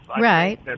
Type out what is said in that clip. right